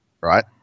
Right